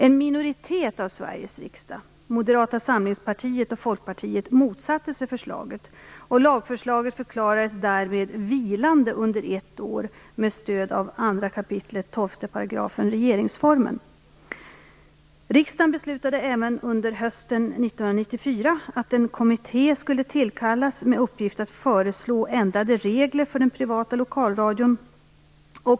En minoritet av Sveriges riksdag - Moderata samlingspartiet och Folkpartiet - Riksdagen beslutade även under hösten 1994 att en kommitté skulle tillkallas med uppgift att föreslå ändrade regler för den privata lokalradion.